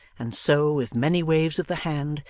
and so, with many waves of the hand,